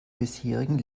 bisherigen